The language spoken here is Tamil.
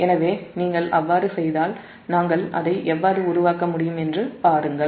எனவே நீங்கள் அவ்வாறு செய்தால் நாங்கள் அதை எவ்வாறு உருவாக்க முடியும் என்று பாருங்கள்